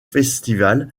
festivals